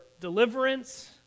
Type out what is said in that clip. deliverance